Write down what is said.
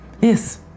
Yes